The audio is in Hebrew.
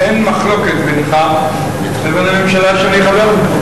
אין מחלוקת בינך ובין הממשלה שאני חבר בה.